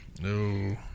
No